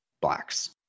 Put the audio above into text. blacks